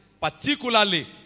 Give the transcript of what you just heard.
particularly